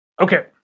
Okay